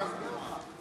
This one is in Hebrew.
אני אסביר לך.